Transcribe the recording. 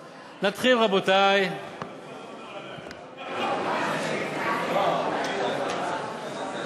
והצעת חוק להפחתת הגירעון והגבלת ההוצאה התקציבית (תיקון מס'